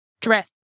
dress